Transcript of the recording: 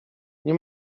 nie